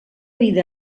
vida